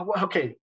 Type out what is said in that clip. Okay